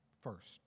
first